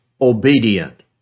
obedient